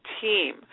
team